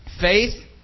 Faith